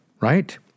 right